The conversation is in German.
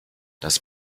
das